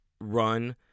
run—